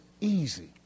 easy